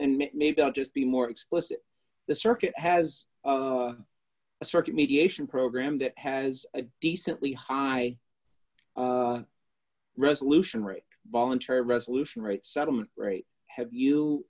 and maybe i'll just be more explicit the circuit has a circuit mediation program that has a decently high resolution rate voluntary resolution rate settlement have you